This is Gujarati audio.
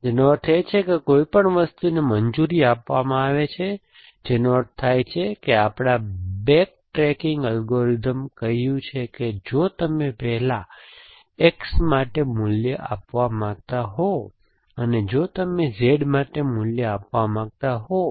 તેનો અર્થ એ છે કે કોઈપણ વસ્તુને મંજૂરી આપવામાં આવે છે જેનો અર્થ થાય છે કે આપણા બેક ટ્રેકિંગ એલ્ગોરિધમે કહ્યું છે કે જો તમે પહેલા X માટે મૂલ્ય આપવા માંગતા હો અને જો તમે Z માટે મૂલ્ય આપવા માંગતા હો